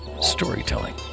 storytelling